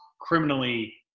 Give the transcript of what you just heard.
criminally